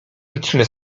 liczne